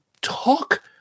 talk